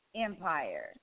Empire